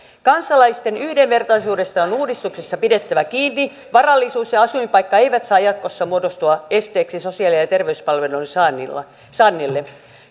kansalaisten yhdenvertaisuudesta on uudistuksessa pidettävä kiinni varallisuus ja asuinpaikka eivät saa jatkossa muodostua esteeksi sosiaali ja terveyspalveluiden saannille saannille